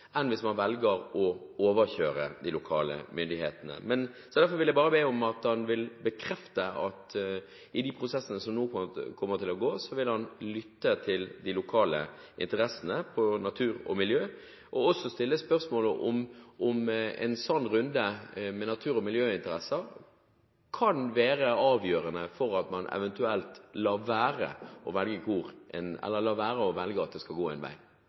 enn hvis man velger å overkjøre de lokale myndighetene. Derfor vil jeg bare be ham bekrefte at han i prosessene som nå kommer til å gå, kommer til å lytte til de lokale interessene med hensyn til natur og miljø. Jeg vil også stille spørsmålet om en sånn runde med natur- og miljøinteresser kan være avgjørende for at man eventuelt lar være å velge at det skal gå en